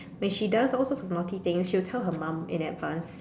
when she does all sorts of naughty things she will tell her mum in advance